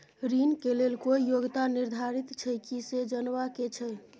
ऋण के लेल कोई योग्यता निर्धारित छै की से जनबा के छै?